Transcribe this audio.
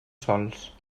sols